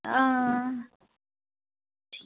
आं